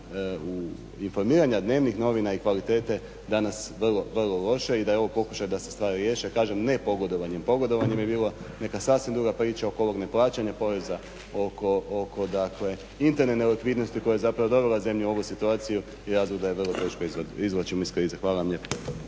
informiranja dnevnih novina i kvalitete danas vrlo, vrlo loše i da je ovo pokušaj da se stvari riješe. Kažem ne pogodovanjem, pogodovanjem bi bilo neka sasvim druga priča oko ovog neplaćanja poreza oko interne nelikvidnosti koja je dovela zemlju u ovu situaciju i razlog da je vrlo teško izvlačimo iz krize. Hvala vam